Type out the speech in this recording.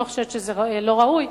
אני לא חושבת שזה לא ראוי,